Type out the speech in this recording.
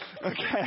Okay